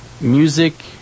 Music